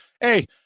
hey –